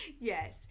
Yes